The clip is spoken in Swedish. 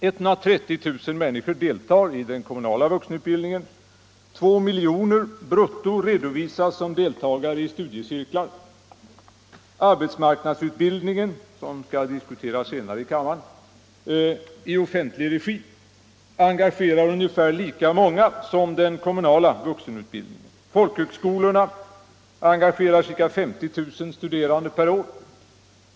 130 000 människor deltar i den kommunala vuxenutbildningen, 2 miljoner människor brutto redovisas som deltagare i studiecirklar. Arbetsmarknadsutbildningen — som vi senare skall diskutera här i kammaren — i offentlig regi engagerar ungefär lika många som den kommunala vuxenutbildningen. Folkhögskolorna engagerar ca 50000 studerande per år.